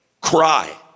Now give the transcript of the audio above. cry